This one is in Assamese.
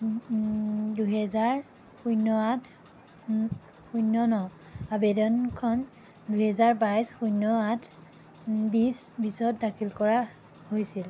দুহেজাৰ শূন্য আঠ শূন্য ন আবেদনখন দুহেজাৰ বাইছ শূন্য আঠ বিছ বিছত দাখিল কৰা হৈছিল